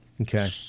Okay